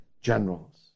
generals